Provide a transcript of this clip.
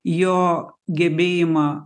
jo gebėjimą